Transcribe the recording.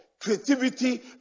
creativity